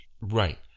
Right